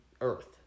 Earth